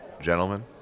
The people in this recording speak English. Gentlemen